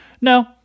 No